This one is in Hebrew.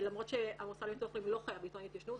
למרות שהמוסד לביטוח לאומי לא חייב לטעון להתיישנות,